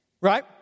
right